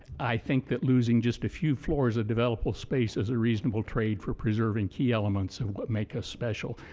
i think that losing just a few floors of developable space is a reasonable trade for preserving key elements of what make us special.